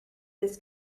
this